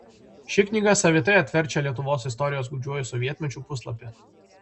ši knyga savitai atverčia lietuvos istorijos gūdžiuoju sovietmečiu puslapį